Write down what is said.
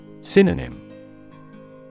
Synonym